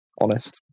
Honest